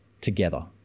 together